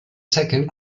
second